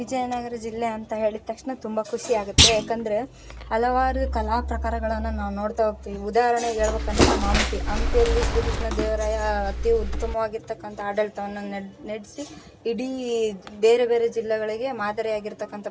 ವಿಜಯನಗರ ಜಿಲ್ಲೆ ಅಂತ ಹೇಳಿದ ತಕ್ಷಣ ತುಂಬ ಖುಷಿ ಆಗತ್ತೆ ಯಾಕಂದರೆ ಹಲವಾರು ಕಲಾ ಪ್ರಕಾರಗಳನ್ನ ನಾವು ನೋಡ್ತಾ ಹೋಗ್ತೀವಿ ಉದಾಹರ್ಣೆಗೆ ಹೇಳ್ಬೇಕಂದ್ರೆ ನಮ್ಮ ಹಂಪಿ ಹಂಪಿಯಲ್ಲಿ ಶ್ರೀ ಕೃಷ್ಣ ದೇವರಾಯ ಅತಿ ಉತ್ತಮ್ವಾಗಿರ್ತಕ್ಕಂಥ ಆಡಳಿತವನ್ನು ನೆಡ್ ನಡ್ಸಿ ಇಡೀ ಬೇರೆ ಬೇರೆ ಜಿಲ್ಲೆಗಳಿಗೆ ಮಾದರಿಯಾಗಿರ್ತಕ್ಕಂಥ